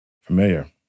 familiar